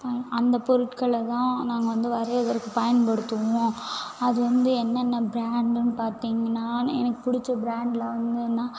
அந்த பொருட்களை தான் நாங்கள் வந்து வரைவதற்கு பயன் படுத்துவோம் அது வந்து என்னென்ன ப்ராண்டுன்னு பார்த்திங்கன்னா எனக்கு பிடிச்ச ப்ராண்டுலாம் வந்துன்னா